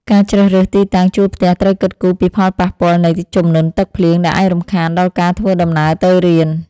ការជ្រើសរើសទីតាំងជួលផ្ទះត្រូវគិតគូរពីផលប៉ះពាល់នៃជំនន់ទឹកភ្លៀងដែលអាចរំខានដល់ការធ្វើដំណើរទៅរៀន។